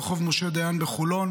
ברחוב משה דיין בחולון.